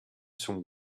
some